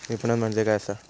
विपणन म्हणजे काय असा?